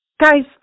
guys